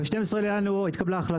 וב-12 בינואר התקבלה החלטה.